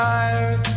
Tired